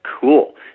Cool